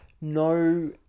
No